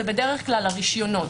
זה בדרך כלל הרישיונות.